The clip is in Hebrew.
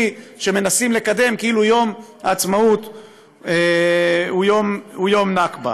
שמנסים לקדם כאילו יום העצמאות הוא יום נכבה.